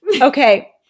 Okay